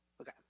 Okay